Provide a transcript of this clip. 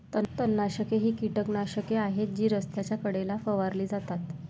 तणनाशके ही कीटकनाशके आहेत जी रस्त्याच्या कडेला फवारली जातात